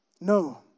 No